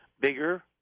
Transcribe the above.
bigger